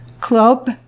Club